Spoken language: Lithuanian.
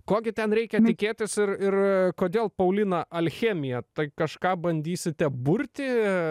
ko gi ten reikia tikėtis ir ir kodėl paulina alchemija tai kažką bandysite burti